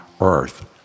earth